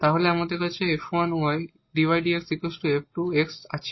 তাহলে আমাদের কাছে আছে